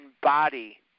body